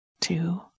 two